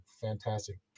fantastic